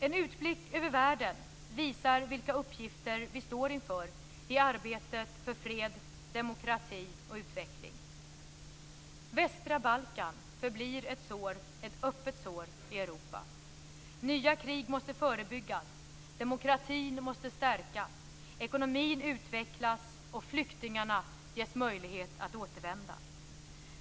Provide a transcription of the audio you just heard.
En utblick över världen visar vilka uppgifter vi står inför i arbetet för fred, demokrati och utveckling. Västra Balkan förblir ett öppet sår i Europa. Nya krig måste förebyggas, demokratin måste stärkas, ekonomin utvecklas och flyktingarna ges möjlighet att återvända.